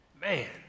Man